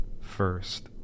first